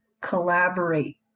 collaborate